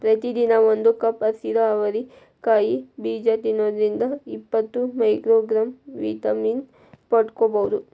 ಪ್ರತಿದಿನ ಒಂದು ಕಪ್ ಹಸಿರು ಅವರಿ ಕಾಯಿ ಬೇಜ ತಿನ್ನೋದ್ರಿಂದ ಇಪ್ಪತ್ತು ಮೈಕ್ರೋಗ್ರಾಂ ವಿಟಮಿನ್ ಪಡ್ಕೋಬೋದು